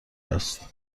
است